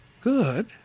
Good